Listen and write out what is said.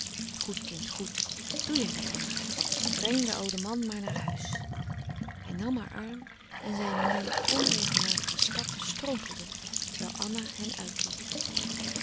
goed kind goed doe jij dat dan maar breng den ouden man maar naar huis hij nam haar arm en zijn nù onregelmatige stap strompelde terwijl anna hen uitliet